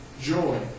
joy